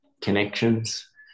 connections